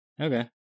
Okay